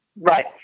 Right